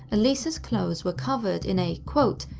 elisa's clothes were covered in a, quote,